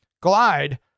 Glide